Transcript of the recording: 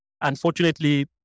unfortunately